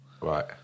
Right